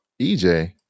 EJ